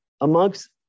amongst